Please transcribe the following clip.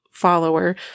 follower